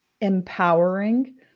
empowering